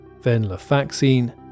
Venlafaxine